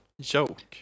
joke